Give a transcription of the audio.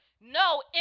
no